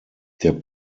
der